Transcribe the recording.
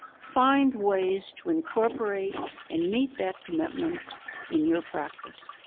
find ways to incorporate and meet that commitment in your practice.